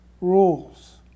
rules